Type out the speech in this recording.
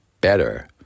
better